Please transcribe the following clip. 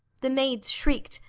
the maids shrieked,